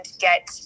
get